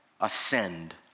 ascend